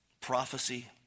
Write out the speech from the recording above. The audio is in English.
prophecy